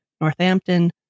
Northampton